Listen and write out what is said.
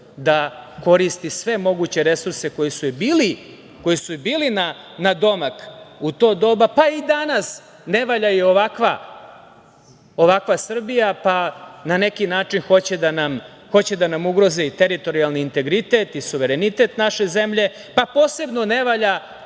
da koristi sve moguće resurse koji su i bili na domak u to doba. Pa, i danas ne valja im ovakva Srbija, pa na neki način hoće da nam ugroze teritorijalni integritet i suverenitet naše zemlje, pa posebno ne valja